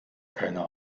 keine